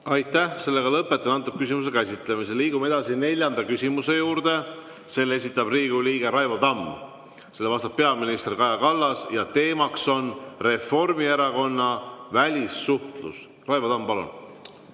Aitäh! Lõpetan selle küsimuse käsitlemise. Liigume edasi neljanda küsimuse juurde. Selle esitab Riigikogu liige Raivo Tamm, sellele vastab peaminister Kaja Kallas ja teema on Reformierakonna välissuhtlus. Raivo Tamm, palun!